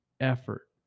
effort